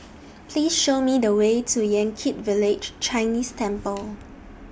Please Show Me The Way to Yan Kit Village Chinese Temple